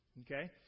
Okay